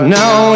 now